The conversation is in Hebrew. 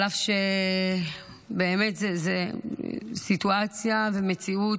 על אף שבאמת זה סיטואציה ומציאות